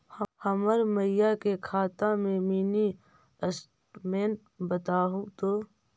हमर माई के खाता के मीनी स्टेटमेंट बतहु तो?